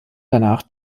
danach